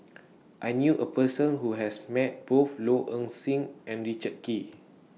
I knew A Person Who has Met Both Low Ing Sing and Richard Kee